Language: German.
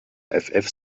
effeff